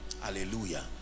Hallelujah